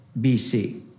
BC